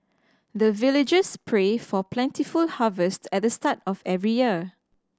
the villagers pray for plentiful harvest at the start of every year